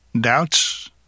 Doubts